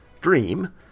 Dream